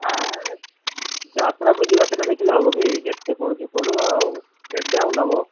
ଆରେ ଯାତ୍ରାକୁ ଯିବା ସେଇଟା ଦେଖିଲେ ହେବ କି ଯେତେ ପଡ଼ୁଛି ପଡ଼ୁ ଆଉ କେତେ ଆଉ ନେବ